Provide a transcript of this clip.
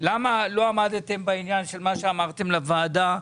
למה לא עמדתם במה שאמרתם לוועדה,